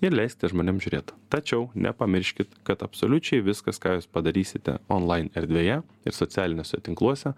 ir leiskite žmonėm žiūrėt tačiau nepamirškit kad absoliučiai viskas ką jūs padarysite onlain erdvėje ir socialiniuose tinkluose